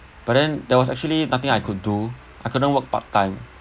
but then there was actually nothing I could do I couldn't work part time